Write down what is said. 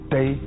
Day